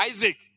Isaac